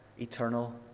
eternal